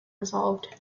resolved